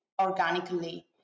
organically